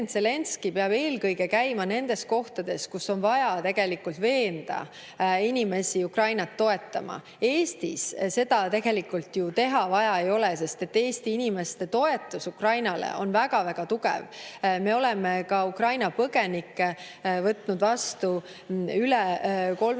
peab eelkõige käima nendes kohtades, kus on vaja veenda inimesi Ukrainat toetama. Eestis seda teha ei ole vaja, sest Eesti inimeste toetus Ukrainale on väga-väga tugev. Me oleme ka Ukraina põgenikke võtnud vastu üle 3%